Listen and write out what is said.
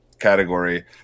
category